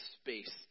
space